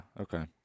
okay